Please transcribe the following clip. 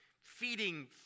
feeding